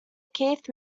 keith